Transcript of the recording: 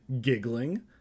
giggling